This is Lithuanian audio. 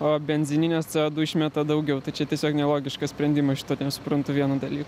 o benzininiuose išmeta daugiau tai čia tiesiog nelogiškas sprendimas šito nesuprantu vieno dalyko